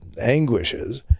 anguishes